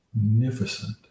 magnificent